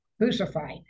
crucified